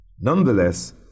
Nonetheless